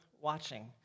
Watching